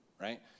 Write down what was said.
right